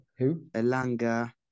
Elanga